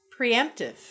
preemptive